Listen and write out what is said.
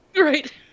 Right